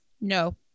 No